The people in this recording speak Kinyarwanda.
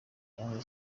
cyangwa